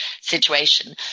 situation